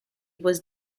was